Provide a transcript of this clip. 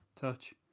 touch